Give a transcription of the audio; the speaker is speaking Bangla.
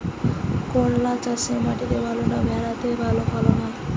করলা চাষ মাটিতে ভালো না ভেরাতে ভালো ফলন হয়?